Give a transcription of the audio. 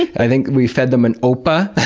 i think we fed them an opah,